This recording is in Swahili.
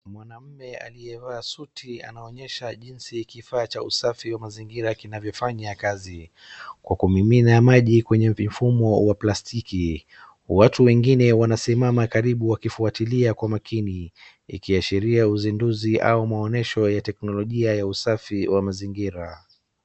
Mwanaume aliyevaa suti anaonyesha jinsi kifaa cha usafi wa mzingira kinavyofanya kazi kwa kumimina maji kwenye vifumo wa plastiki. Watu wengine wanasimama karibu wakifuatilia kwa makini ikiashiria uziduzi au maonesho ya teknolojia ya usafi wa mazingira.